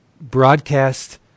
broadcast